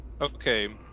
Okay